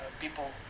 People